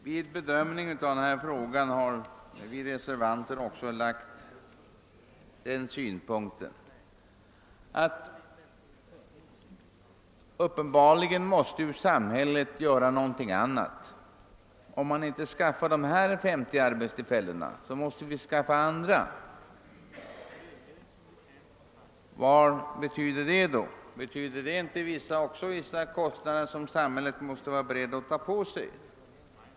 Vid bedömningen av denna fråga har vi reservanter också anlagt den syn punkten att samhället uppenbarligen ändå måste göra någonting. Om vi inte skaffar dessa 50 arbetstillfällen måste vi skaffa andra, och vad betyder det? Innebär det inte också vissa kostnader som samhället måste vara redo att ta på sig?